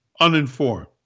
uninformed